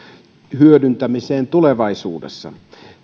hyödyntämiseen tulevaisuudessa